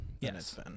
Yes